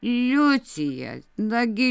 liucija nagi